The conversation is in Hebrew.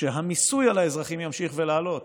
שהמיסוי על האזרחים ימשיך לעלות.